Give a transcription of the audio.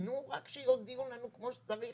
תנו רק שיודיעו לנו כמו שצריך